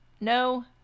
No